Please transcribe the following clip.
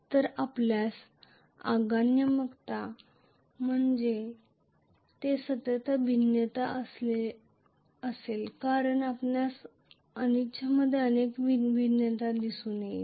तर आपल्यास आगमनात्मक मध्ये सतत भिन्नता असेल कारण आपणास रिलक्टंन्समध्ये सतत भिन्नता दिसेल